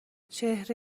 چهره